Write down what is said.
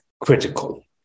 critical